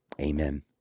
Amen